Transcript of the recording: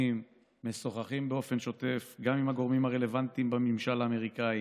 ומשוחחים באופן שוטף גם עם הגורמים הרלוונטיים בממשל האמריקני.